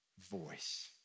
voice